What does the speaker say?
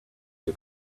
you